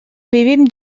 vivim